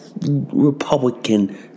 Republican